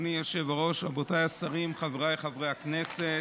אדוני היושב-ראש, רבותיי השרים, חבריי חברי הכנסת,